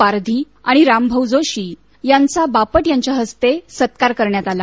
पारधी आणि रामभाऊ जोशी यांचा बापट यांच्या हस्ते स्तकार करण्यात आला